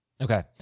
Okay